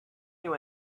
you